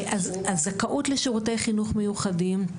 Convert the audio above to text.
הזכאות לשירותי חינוך מיוחדים,